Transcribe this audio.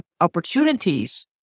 opportunities